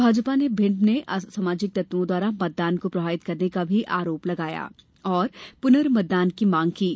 भाजपा ने भिंड ने असामाजिक तत्वों द्वारा मतदान को प्रभावित करने का भी आरोप लगाया है और पुर्नमतदान की मांग की है